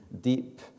deep